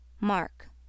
mark